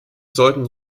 sollten